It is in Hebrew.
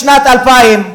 בשנת 2000,